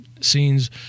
scenes